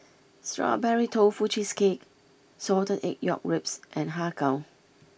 Strawberry Tofu Cheesecake Salted Egg York Ribs and Har Kow